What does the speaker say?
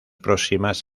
próximas